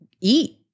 eat